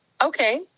Okay